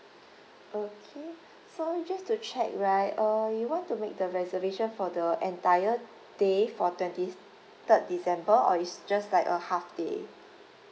okay so just to check right uh you want to make the reservation for the entire day for twenty third december or it's just like a half day